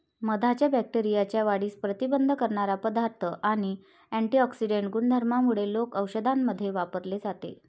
मधाच्या बॅक्टेरियाच्या वाढीस प्रतिबंध करणारा पदार्थ आणि अँटिऑक्सिडेंट गुणधर्मांमुळे लोक औषधांमध्ये वापरले जाते